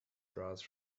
draws